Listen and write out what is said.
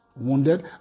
wounded